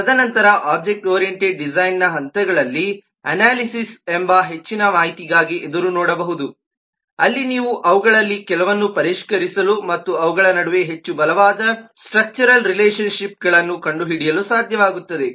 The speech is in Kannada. ತದನಂತರ ಒಬ್ಜೆಕ್ಟ್ ಓರಿಯಂಟೆಡ್ ಡಿಸೈನ್ನ ಹಂತಗಳಲ್ಲಿ ಅನಾಲಿಸಿಸ್ ಎಂಬ ಹೆಚ್ಚಿನ ಮಾಹಿತಿಗಾಗಿ ಎದುರುನೋಡಬಹುದು ಅಲ್ಲಿ ನೀವು ಅವುಗಳಲ್ಲಿ ಕೆಲವನ್ನು ಪರಿಷ್ಕರಿಸಲು ಮತ್ತು ಅವುಗಳ ನಡುವೆ ಹೆಚ್ಚು ಬಲವಾದ ಸ್ಟ್ರಕ್ಚರ್ಡ್ ರಿಲೇಶನ್ ಶಿಪ್ಗಳನ್ನು ಕಂಡುಹಿಡಿಯಲು ಸಾಧ್ಯವಾಗುತ್ತದೆ